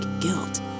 guilt